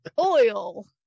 Oil